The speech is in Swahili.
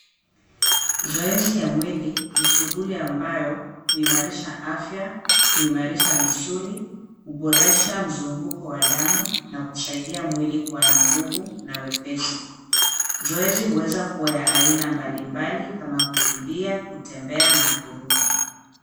Zoezi ya mwili ni shughuli ambayo huimarisha afya, huimarisha misuli, huboresha mzunguko wa damu, na kusaidia mwili kuwa na nguvu na wepesi. Zoezi huweza kuwa ya aina mbalimbali, kama kukimbia, kutembea, na kuruka.